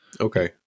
okay